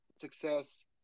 success